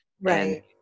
Right